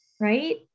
right